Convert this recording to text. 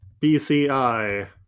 BCI